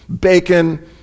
bacon